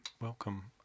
Welcome